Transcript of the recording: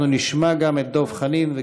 נשמע גם את חבר הכנסת דב חנין,